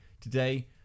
Today